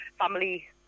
family